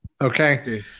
okay